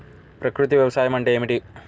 ప్రకృతి వ్యవసాయం అంటే ఏమిటి?